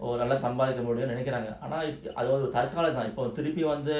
நல்லாசம்பாதிக்கமுடியும்னுநெனைக்கிறாங்கஆனாதிரும்பிவந்து:nalla sambathika mudiumnu nenaikranga ana thirumbi vandhu